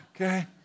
okay